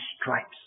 stripes